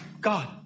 God